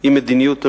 עם מדיניות המשרד,